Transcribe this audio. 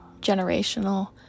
generational